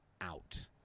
out